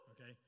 okay